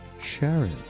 Sharon